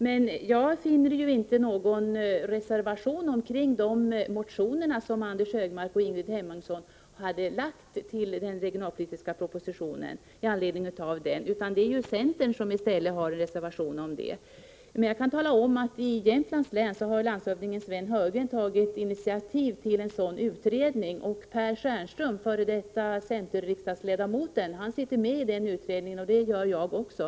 Men jag finner inte någon reservation kring de motioner som Anders Högmark och Ingrid Hemmingsson hade väckt i anledning av den regionalpolitiska propositionen. Det är centern som i stället har en reservation om detta. I Jämtlands län har landshövding Sven Heurgren tagit initiativ till en utredning om de här problemen. F. d. centerriksdagsledamoten Per Stjernström sitter med i den utredningen, och det gör jag också.